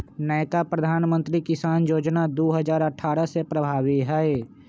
नयका प्रधानमंत्री किसान जोजना दू हजार अट्ठारह से प्रभाबी हइ